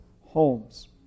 homes